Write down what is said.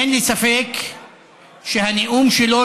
אין לי ספק שהנאום שלו,